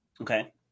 Okay